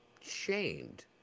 shamed